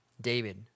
David